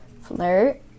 flirt